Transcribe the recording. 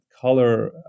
color